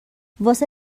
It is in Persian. واسه